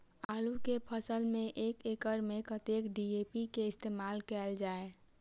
आलु केँ फसल मे एक एकड़ मे कतेक डी.ए.पी केँ इस्तेमाल कैल जाए?